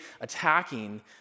attacking